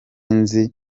nzi